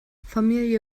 familie